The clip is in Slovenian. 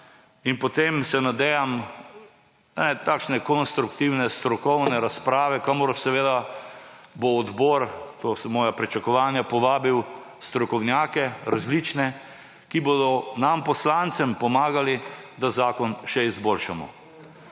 in potem se nadejam takšne konstruktivne strokovne razprave, kamor bo odbor, to so moja pričakovanja, povabil različne strokovnjake, ki bodo nam, poslancem pomagali, da zakon še izboljšamo.